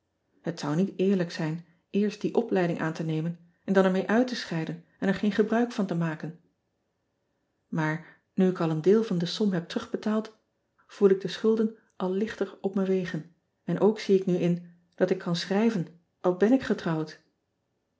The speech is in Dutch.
et zou niet eerlijk zijn eerst die opleiding aan te nemen en dan er mee uit te scheiden en er geen gebruik van te maken aar nu ik al een deel van de som heb terugbetaald voel ik de schulden al lichter op me wegen en ook zie ik nu in dat ik kan schrijven al ben ik getrouwd